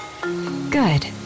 Good